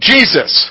Jesus